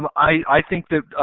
um i think that.